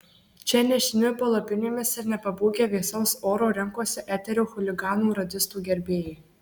čia nešini palapinėmis ir nepabūgę vėsaus oro rinkosi eterio chuliganų radistų gerbėjai